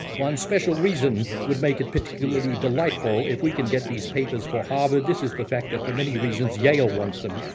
one special reason would make it particularly delightful if we could get these papers for harvard. this is the fact that, for many reasons, yale wants them.